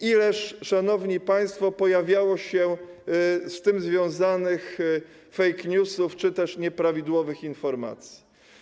Ileż, szanowni państwo, pojawiało się z tym związanych fake newsów czy też nieprawidłowych informacji.